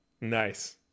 Nice